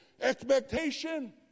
Expectation